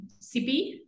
CP